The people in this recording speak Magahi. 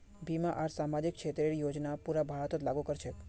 बीमा आर सामाजिक क्षेतरेर योजना पूरा भारतत लागू क र छेक